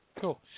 Cool